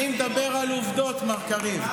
אני מדבר על עובדות, מר קריב.